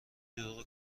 دروغ